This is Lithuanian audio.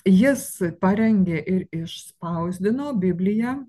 jis parengė ir išspausdino bibliją